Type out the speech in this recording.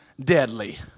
deadly